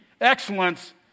excellence